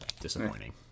Disappointing